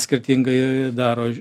skirtingai daro